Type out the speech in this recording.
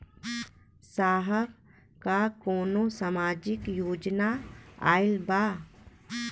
साहब का कौनो सामाजिक योजना आईल बा?